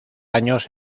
años